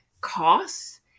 costs